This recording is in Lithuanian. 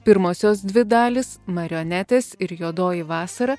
pirmosios dvi dalys marionetės ir juodoji vasara